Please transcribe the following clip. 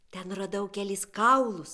ten radau kelis kaulus